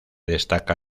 destaca